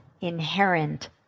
inherent